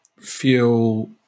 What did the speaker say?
feel